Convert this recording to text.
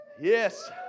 Yes